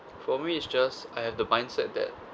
for me it's just I have the mindset that